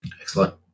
Excellent